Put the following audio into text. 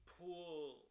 pool